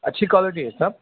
اچھی کوالیٹی ہے صاحب